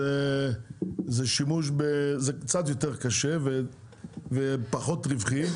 זה שימוש, זה קצת יותר קשה, ופחות רווחי.